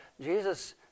Jesus